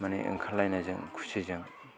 माने ओंखारलायनायजों खुसिजों